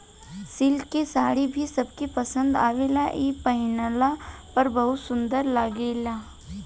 silk के साड़ी भी सबके पसंद आवेला इ पहिनला पर बहुत सुंदर लागेला